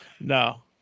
No